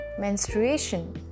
menstruation